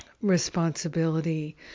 responsibility